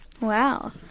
Wow